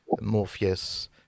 Morpheus